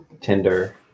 Tinder